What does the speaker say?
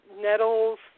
nettles